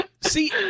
See